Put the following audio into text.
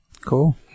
Cool